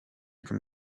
can